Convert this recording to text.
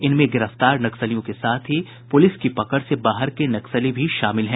इनमें गिरफ्तार नक्सलियों के साथ ही पुलिस की पकड़ से बाहर के नक्सली भी शामिल हैं